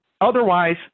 Otherwise